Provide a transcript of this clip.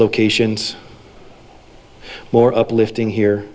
locations more uplifting here